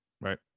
Right